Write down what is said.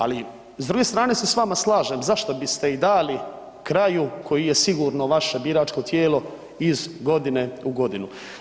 Ali s druge strane se s vama slažem, zašto biste i dali kraju koji je sigurno vaše biračko tijelo iz godine u godinu.